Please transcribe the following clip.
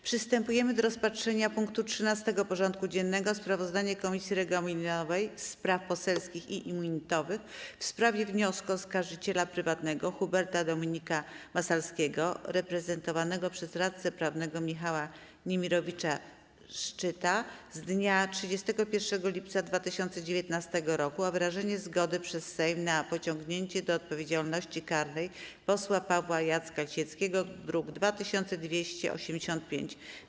Przystępujemy do rozpatrzenia punktu 13. porządku dziennego: Sprawozdanie Komisji Regulaminowej, Spraw Poselskich i Immunitetowych w sprawie wniosku oskarżyciela prywatnego Huberta Dominika Massalskiego reprezentowanego przez radcę prawnego Michała Niemirowicza-Szczytta z dnia 31 lipca 2019 r. o wyrażenie zgody przez Sejm na pociągnięcie do odpowiedzialności karnej posła Pawła Jacka Lisieckiego (druk nr 2285)